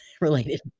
related